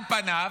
על פניו,